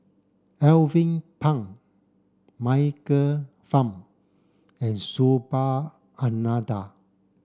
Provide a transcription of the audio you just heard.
Alvin Pang Michael Fam and Subhas Anandan